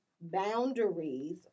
boundaries